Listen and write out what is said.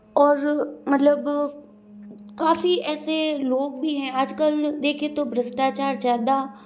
और मतलब काफ़ी ऐसे लोग भी हैं आज कल देखें तो भ्रष्टाचार ज़्यादा